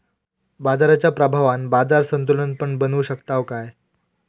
बाजाराच्या प्रभावान बाजार संतुलन पण बनवू शकताव काय?